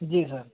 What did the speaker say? जी sir